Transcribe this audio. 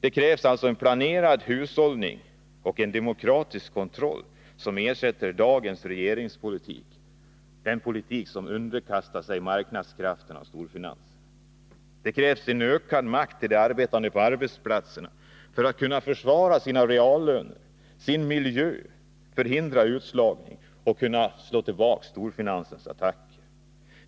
Det krävs en planerad hushållning och en demokratisk kontroll, som ersätter dagens regeringspolitik, som underkastar sig marknadskrafterna och storfinansen. Det krävs en ökad makt till de arbetande på arbetsplatserna, för att de skall kunna försvara sina reallöner och sin miljö, förhindra utslagning och slå tillbaka storfinansens attacker.